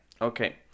Okay